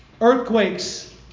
Earthquakes